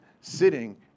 sitting